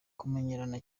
kumenyerana